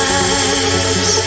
eyes